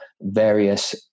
various